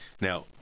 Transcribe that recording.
Now